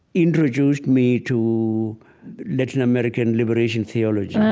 introduced me to latin american liberation theology.